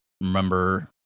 remember